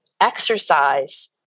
exercise